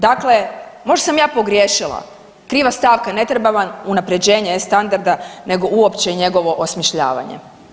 Dakle, možda sam ja pogriješila, kriva stavka, ne treba vam unapređenje E-standarda, nego uopće njegovo osmišljavanje.